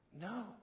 No